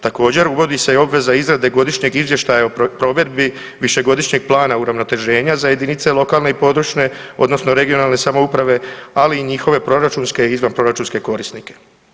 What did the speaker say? Također, uvodi se i obveza izrade godišnjeg izvještaja o provedbi Višegodišnjeg plana uravnoteženja za jedinice lokalne i područne (regionalne) samouprave, ali i njihove proračunske i izvanproračunske korisnike.